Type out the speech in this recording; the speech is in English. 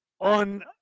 on